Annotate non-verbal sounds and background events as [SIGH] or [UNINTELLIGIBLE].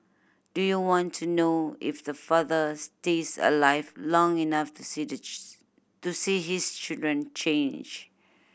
do you want to know if the father stays alive long enough to see [UNINTELLIGIBLE] to see his children change